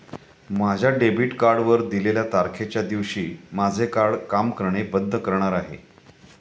माझ्या डेबिट कार्डवर दिलेल्या तारखेच्या दिवशी माझे कार्ड काम करणे बंद करणार आहे